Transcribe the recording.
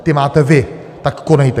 Ty máte vy, tak konejte.